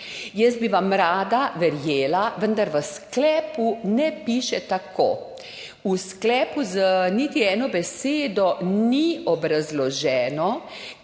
Jaz bi vam rada verjela, vendar v sklepu ne piše tako. V sklepu niti z eno besedo ni obrazloženo,